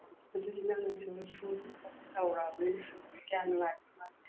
ꯑꯗꯨꯗꯤ ꯅꯪꯅ ꯁꯨꯗꯅ ꯈꯣꯠꯇꯅ ꯇꯧꯔꯨꯔꯕꯅꯤꯅ ꯀꯌꯥ ꯅꯨꯡꯉꯥꯏꯗꯧ ꯃꯥꯟꯗꯦ